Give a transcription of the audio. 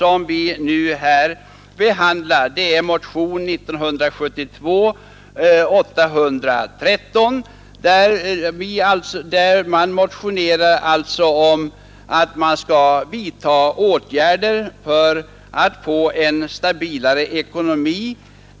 Det är motionen 1972:813 som avser åtgärder för att få en stabilare ekonomi.